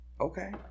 Okay